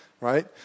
right